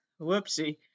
whoopsie